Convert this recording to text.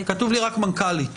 כתוב לי רק מנכ"לית.